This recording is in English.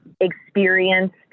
experienced